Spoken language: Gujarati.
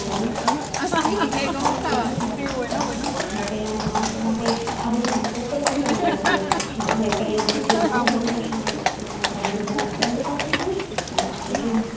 ચાલી શકે છે માણસ તે કંઈ અઘરું લાગતું નથી અને પહેલાના માણસો માટે આ બધુ ઓપરેટ કરવું અઘરું હતું જ્યારે હવે કળયુગનું જે નવું જનરેશન આવ્યું છે એના માટે આ બધુ બહુ સરળતા થઈ ગયું છે અને આપણે જો